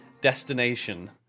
destination